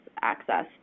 access